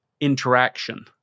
interaction